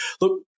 Look